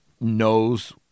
knows